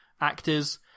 actors